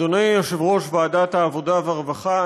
אדוני יושב-ראש ועדת העבודה והרווחה,